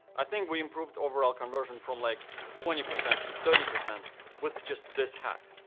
i think we improved overall conversion from like twenty percent to thirty percent with just this hack.